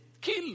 kill